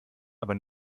aber